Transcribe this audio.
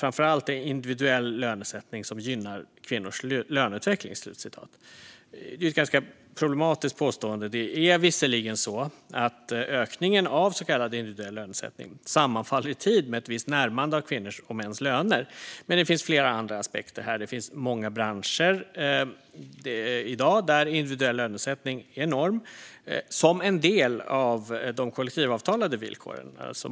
framför allt individuell lönesättning som gynnar kvinnors löneutveckling." Det är ett ganska problematiskt påstående. Det är visserligen så att ökningen av så kallad individuell lönesättning sammanfaller i tid med ett visst närmande av kvinnors och mäns löner, men det finns flera andra aspekter här. Det finns många branscher i dag där individuell lönesättning är norm, som en del av de kollektivavtalade villkoren.